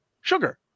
sugar